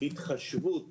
התחשבות